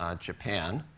um japan.